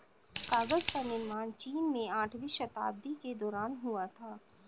कागज का निर्माण चीन में आठवीं शताब्दी के दौरान हुआ था